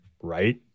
right